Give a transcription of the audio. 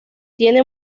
tiene